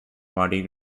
mardi